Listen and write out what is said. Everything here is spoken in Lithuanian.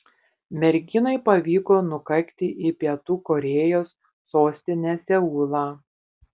merginai pavyko nukakti į pietų korėjos sostinę seulą